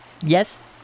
Yes